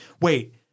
wait